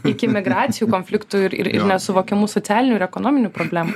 iki migracijų konfliktų ir ir nesuvokiamų socialinių ir ekonominių problemų